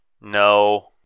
No